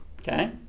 Okay